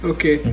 Okay